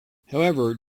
however